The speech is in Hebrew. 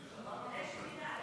ששי לא הצביע.